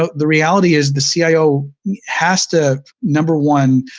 ah the reality is, the so cio has to, number one,